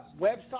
website